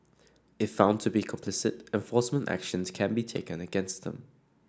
if found to be complicit enforcement actions can be taken against them